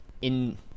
in-